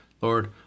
Lord